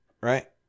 right